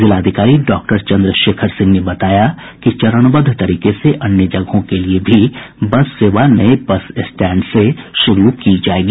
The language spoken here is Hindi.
जिलाधिकारी डॉक्टर चन्द्रशेखर सिंह ने बताया कि चरणबद्ध तरीके से अन्य जगहों के लिए भी बस सेवा नये बस स्टैंड से शुरू की जायेगी